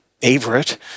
favorite